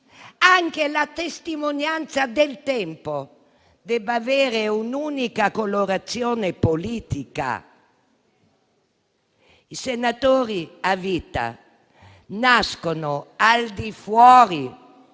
e la testimonianza del tempo debbano avere un'unica colorazione politica? I senatori a vita nascono al di fuori